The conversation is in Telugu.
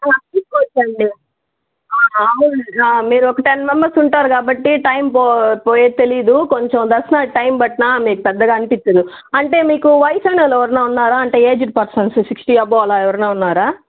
అవునా మీరు ఒక టెన్ మెంబర్స్ ఉంటారు కాబట్టి టైమ్ బో పోయేది తెలియదు కొంచెం దర్శనానికి టైమ్ పట్టినా మీకు పెద్దగా అనిపించదు అంటే మీకు వయస్సు అయినవాళ్లు ఎవరైనా ఉన్నారా అంటే ఏజ్డ్ పర్సన్స్ సిక్స్టీ ఎబోవ్ అలా ఎవరైనా ఉన్నారా